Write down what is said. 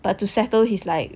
but to settle his like